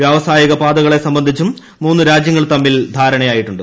വ്യാവസായിക പാതകളെ സംബന്ധിച്ചും മൂന്ന് രാജ്യങ്ങൾ തമ്മിൽ ധാരണയായിട്ടുണ്ട്